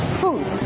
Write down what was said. Food